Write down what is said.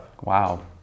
Wow